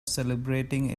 celebrating